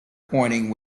pointing